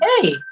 Hey